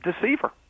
deceiver